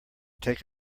take